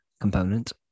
component